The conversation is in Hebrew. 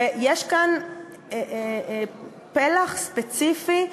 ויש כאן פלח ספציפי.